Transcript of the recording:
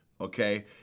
Okay